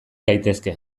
gaitezke